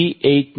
2 19